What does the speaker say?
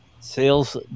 Sales